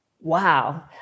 Wow